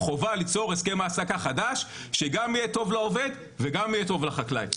חובה ליצור הסכם העסקה חדש שגם יהיה טוב לעובד וגם יהיה טוב לחקלאי,